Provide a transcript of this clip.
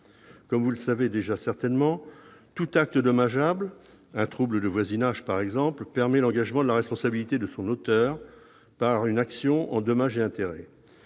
Comme vous le savez déjà certainement, tout acte dommageable, comme un trouble de voisinage, permet l'engagement de la responsabilité de son auteur par une action en dommages et intérêts.